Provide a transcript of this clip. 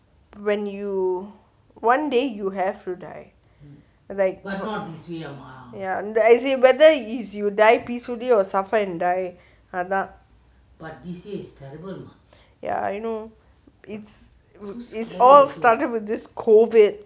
when you one day you have to die like is whether you is you die peacefully or suffer and die அத:atha ya I know it's all started with this COVID